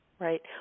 Right